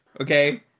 okay